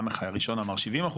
הראשון אמר 70%,